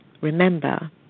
Remember